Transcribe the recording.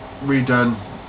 redone